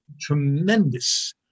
tremendous